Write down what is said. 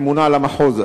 הממונה על המחוז,